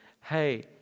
Hey